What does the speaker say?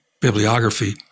bibliography